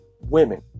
women